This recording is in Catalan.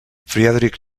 friedrich